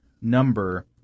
number